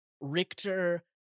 richter